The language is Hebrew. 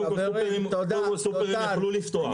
קודם כול, סופרים יכלו לפתוח.